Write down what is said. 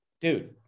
dude